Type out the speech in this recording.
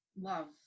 love